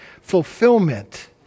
fulfillment